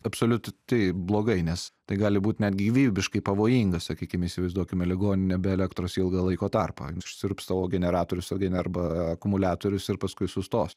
absoliut ti blogai nes tai gali būt net gyvybiškai pavojinga sakykim įsivaizduokime ligoninę be elektros ilgą laiko tarpą išsiurbs savo generatorius o gener arba akumuliatorius ir paskui sustos